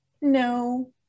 no